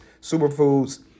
superfoods